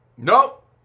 Nope